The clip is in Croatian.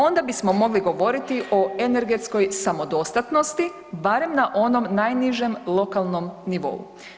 Onda bismo mogli govoriti o energetskoj samodostatnosti barem na onom najnižem lokalnom nivou.